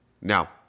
Now